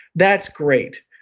that's great.